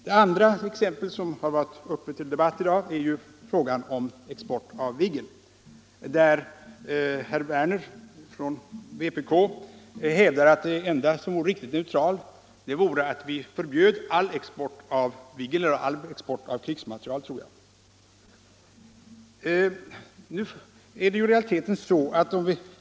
Det andra exemplet som varit uppe till debatt i dag är frågan om export av Viggen, där herr Werner från vpk hävdar att det enda som vore riktigt neutralt vore att förbjuda all export av krigsmateriel.